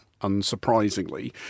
unsurprisingly